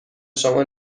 شما